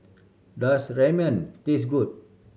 does Ramen taste good